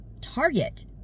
target